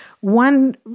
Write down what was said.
One